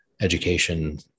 Education